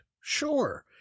Sure